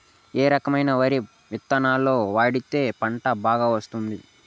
ఏ రకమైన వరి విత్తనాలు వాడితే పంట బాగా వస్తుంది?